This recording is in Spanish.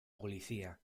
policía